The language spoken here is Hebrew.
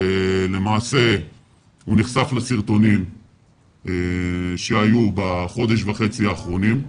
הוא נחשף לסרטונים שהיו בחודש וחצי האחרונים.